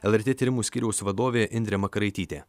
lrt tyrimų skyriaus vadovė indrė makaraitytė